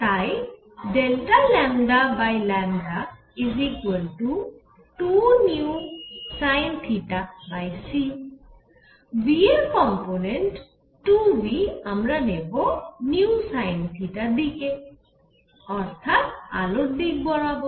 তাই 2vsinθc v এর component 2 v আমরা নেব vsinθ দিকে অর্থাৎ আলোর দিক বরাবর